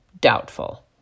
Doubtful